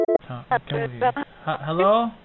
Hello